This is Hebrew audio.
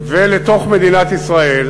ולתוך מדינת ישראל,